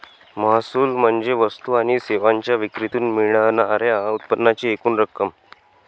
महसूल म्हणजे वस्तू आणि सेवांच्या विक्रीतून मिळणार्या उत्पन्नाची एकूण रक्कम